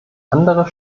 anderer